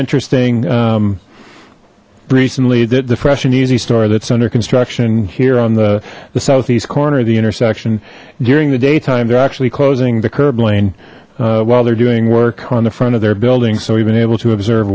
interesting recently that the fresh and easy store that's under construction here on the southeast corner of the intersection during the daytime they're actually closing the curb lane while they're doing work on the front of their buildings so we've been able to observe